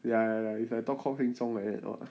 ya ya if I talk cock sing song like that lor